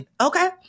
Okay